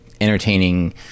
entertaining